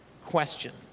question